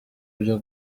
byo